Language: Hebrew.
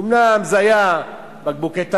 אומנם זה היה בקבוקי תבערה,